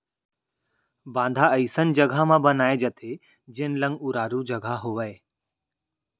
बांधा अइसन जघा म बनाए जाथे जेन लंग उरारू जघा होवय